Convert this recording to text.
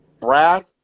Brad